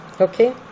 Okay